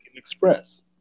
Express